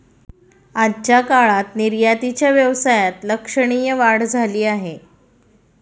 आजच्या काळात निर्यातीच्या व्यवसायात लक्षणीय वाढ झाली आहे